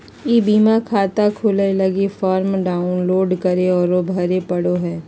ई बीमा खाता खोलय लगी फॉर्म डाउनलोड करे औरो भरे पड़ो हइ